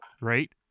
Right